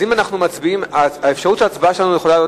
אז האפשרות של ההצבעה שלנו יכולה להיות